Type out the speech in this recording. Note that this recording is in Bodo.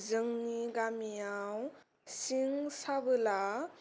जोंनि गामियाव सिं साबोला